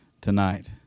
tonight